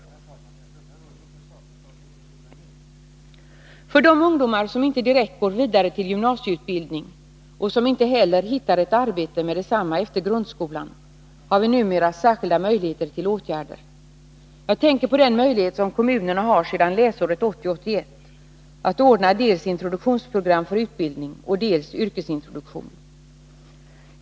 När det gäller de ungdomar som inte direkt går vidare till gymnasieutbildning och som inte heller hittar ett arbete med detsamma efter grundskolan har vi numera särskilda möjligheter att vidta åtgärder. Jag tänker på den möjlighet som kommunerna har sedan läsåret 1980/81 att ordna dels introduktionsprogram för utbildning, dels yrkesintroduktion.